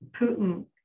Putin